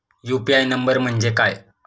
UPI number म्हणजे काय?